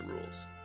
rules